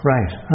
Right